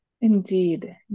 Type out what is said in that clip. Indeed